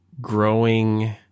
growing